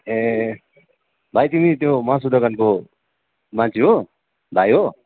ए भाइ तिमी त्यो मासु दोकानको मान्छे हो भाइ हो